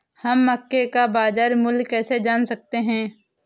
हम मक्के का बाजार मूल्य कैसे जान सकते हैं?